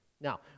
Now